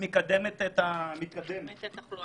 מקדמת את התחלואה.